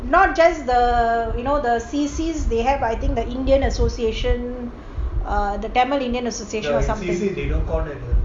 not just the you know the C_C they have I think the indian association ughthe tamil indian association or something